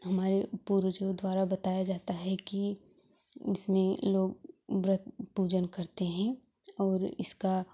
हमारे पूर्वजों द्वारा बताया जाता है कि जिसमें लोग व्रत पूजन करते हैं और इसका